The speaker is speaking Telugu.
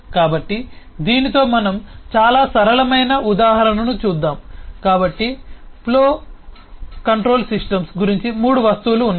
కాబట్టి దీనితో మనం చాలా సరళమైన ఉదాహరణను చూద్దాం కాబట్టి ఫ్లో కంట్రోల్ సిస్టమ్స్ గురించి మూడు వస్తువులు ఉన్నాయి